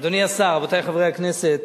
אדוני השר, רבותי חברי הכנסת,